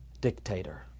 dictator